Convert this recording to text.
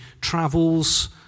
travels